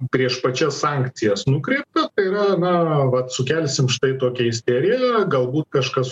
prieš pačias sankcijas nukreipta tai yra na vat sukelsim štai tokią isteriją galbūt kažkas